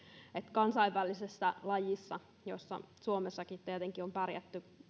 kansainvälisessä lajissa jossa suomessakin tietenkin on pärjätty